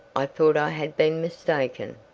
i thought i had been mistaken.